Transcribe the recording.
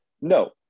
No